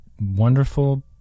wonderful